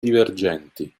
divergenti